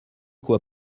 quoi